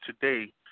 today